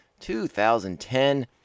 2010